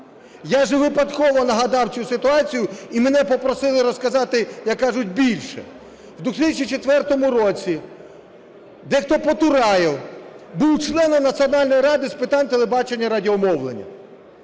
Я ж не випадково нагадав цю ситуацію і мене попросили розказати, як кажуть, більше. В 2004 році дехто Потураєв був членом Національної ради з питань телебачення і радіомовлення.